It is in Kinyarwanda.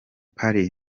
party